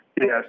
Yes